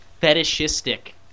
fetishistic